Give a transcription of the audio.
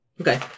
Okay